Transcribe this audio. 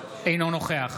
אינו נוכח